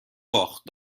باخت